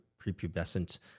prepubescent